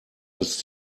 als